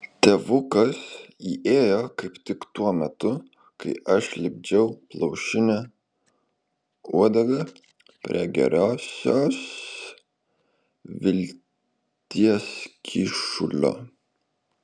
tėvukas įėjo kaip tik tuo metu kai aš lipdžiau plaušinę uodegą prie gerosios vilties kyšulio